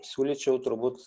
siūlyčiau turbūt